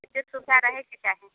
एतेक सुविधा रहैके चाही